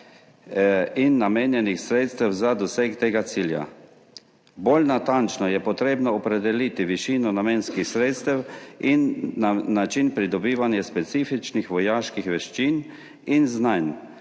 in namenjenih sredstev za doseg tega cilja. Bolj natančno je potrebno opredeliti višino namenskih sredstev in način pridobivanja specifičnih vojaških veščin in znanj,